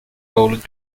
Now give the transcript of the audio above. bowling